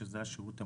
שזה השירות המוביל,